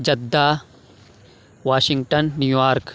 Jeddah Washington New York